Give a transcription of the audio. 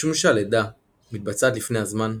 משום שהלידה מתבצעת לפני הזמן,